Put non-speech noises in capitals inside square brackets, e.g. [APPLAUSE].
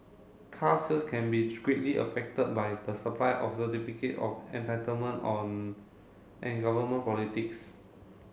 car sales can be greatly affected by the supply of certificate of entitlement [UNINTELLIGIBLE] and government politics